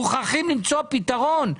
מוכרחים למצוא פתרון.